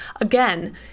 Again